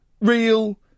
real